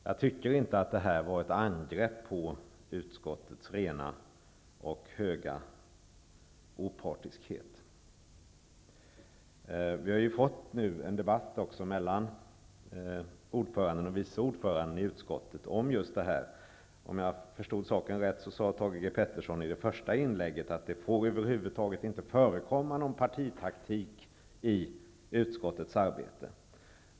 Jag tycker inte att detta var ett angrepp på utskottets rena och höga opartiskhet. Nu har vi ju fått en debatt mellan ordföranden och vice ordföranden i utskottet om just detta. Om jag förstod saken rätt, sade Thage G. Peterson i det första inlägget att det över huvud taget inte får förekomma någon partitaktik i utskottets arbete.